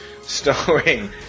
starring